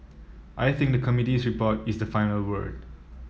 I think the committee's report is the final word